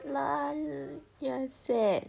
you are sad